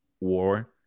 war